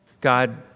God